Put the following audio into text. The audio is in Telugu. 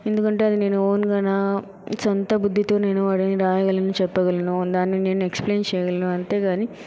ఎందుకంటే అవి నేను ఓన్గా నా సొంత బుద్ధితో నేను వాటిని రాయగలను చెప్పగలరు నన్ను నేను ఎక్స్ప్లెయిన్ చేయగలను అంతేకాని